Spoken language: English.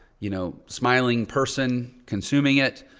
you know, smiling person consuming it.